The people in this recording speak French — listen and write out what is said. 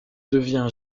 devient